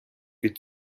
від